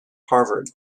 harvard